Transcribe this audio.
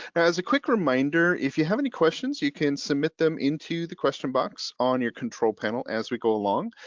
as a quick reminder, if you have any questions, you can submit them into the question box on your control panel as we go along.